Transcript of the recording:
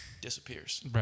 disappears